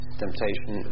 temptation